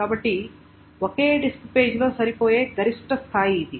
కాబట్టి ఒకే డిస్క్ పేజీలో సరిపోయే గరిష్ట స్థాయి ఇది